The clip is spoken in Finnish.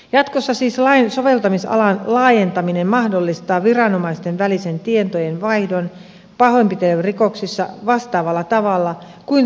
jatkossa siis lain soveltamisalan laajentaminen mahdollistaa viranomaisten välisen tietojen vaihdon pahoinpitelyrikoksissa vastaavalla tavalla kuin seksuaalirikosten osalta